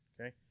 Okay